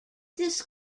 this